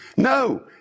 No